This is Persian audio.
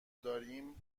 داریم